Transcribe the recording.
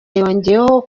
yongeyeho